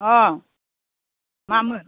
अ मामोन